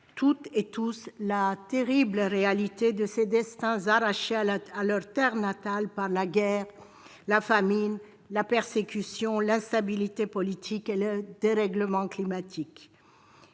toutes et tous, la terrible réalité de ces destins arrachés à leur terre natale par la guerre, la famine, la persécution, l'instabilité politique et le dérèglement climatique.